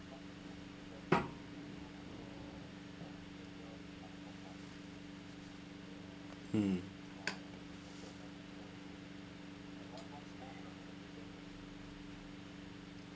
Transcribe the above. mm